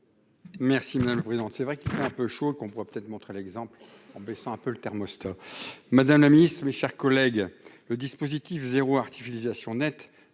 Merci monsieur le président de c'est vrai qu'il un peu chaud qu'on pourra peut-être montrer l'exemple en baissant un peu le thermostat, Madame la Ministre, mes chers collègues, le dispositif 0 artificialisation nette